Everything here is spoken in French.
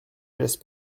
geste